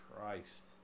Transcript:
Christ